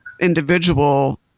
individual